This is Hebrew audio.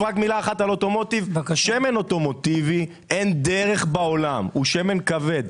שמן אוטומוטיבי הוא שמן כבד.